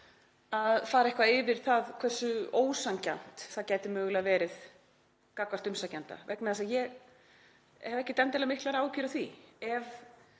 að fara yfir það hversu ósanngjarnt það gæti mögulega verið gagnvart umsækjanda vegna þess að ég hef ekkert endilega miklar áhyggjur af því.